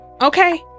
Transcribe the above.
okay